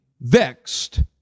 vexed